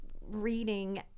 reading